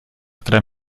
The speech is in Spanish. tres